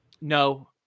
No